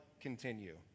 continue